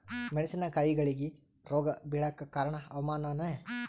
ಮೆಣಸಿನ ಕಾಯಿಗಳಿಗಿ ರೋಗ ಬಿಳಲಾಕ ಕಾರಣ ಹವಾಮಾನನೇ?